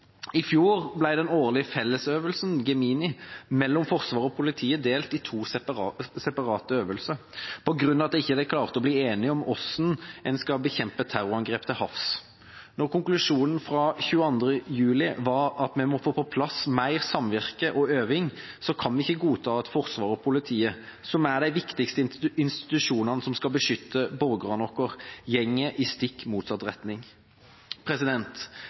I fjor ble den årlige fellesøvelsen, Gemini, mellom Forsvaret og politiet delt i to separate øvelser fordi de ikke klarte å bli enige om hvordan en skal bekjempe terrorangrep til havs. Når konklusjonen etter 22. juli var at vi må få på plass mer samvirke og øving, kan vi ikke godta at Forsvaret og politiet, som er de viktigste institusjonene som skal beskytte borgerne våre, går i stikk motsatt retning.